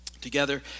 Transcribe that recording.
together